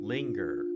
Linger